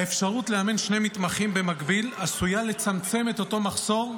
האפשרות לאמן שני מתמחים במקביל עשויה לצמצם את אותו המחסור.